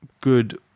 good